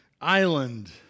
island